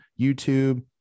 YouTube